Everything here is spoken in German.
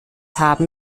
haben